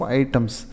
items